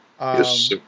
Yes